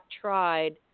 tried